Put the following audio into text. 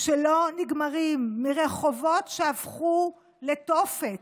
שלא נגמרים, מרחובות שהפכו לתופת,